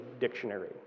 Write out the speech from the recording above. dictionary